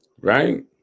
right